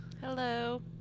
Hello